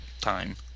time